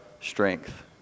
strength